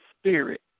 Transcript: spirit